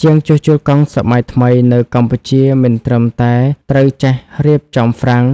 ជាងជួសជុលកង់សម័យថ្មីនៅកម្ពុជាមិនត្រឹមតែត្រូវចេះរៀបចំហ្វ្រាំង